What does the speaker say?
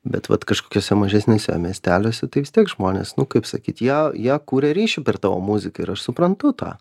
bet vat kažkokiuose mažesniuose miesteliuose tai vis tiek žmonės nu kaip sakyt jie jie kuria ryšį per tavo muziką ir aš suprantu tą